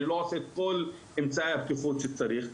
אני לא עושה כל אמצעי בטיחות שצריך,